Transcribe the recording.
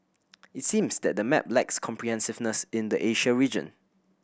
it seems that the map lacks comprehensiveness in the Asia region